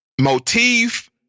motif